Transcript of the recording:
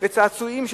וצעצועים,